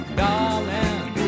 darling